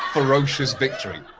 ferocious victory.